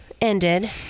ended